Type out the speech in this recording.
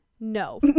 No